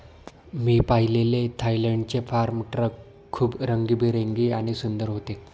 मी पाहिलेले थायलंडचे farm truck खूप रंगीबेरंगी आणि सुंदर होते